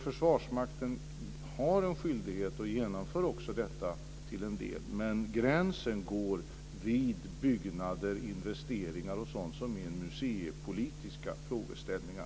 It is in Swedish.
Försvarsmakten har alltså en skyldighet och genomför också det här till dels. Men gränsen går vid byggnader, investeringar och sådant som är museipolitiska frågeställningar.